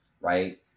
Right